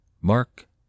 Mark